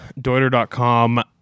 deuter.com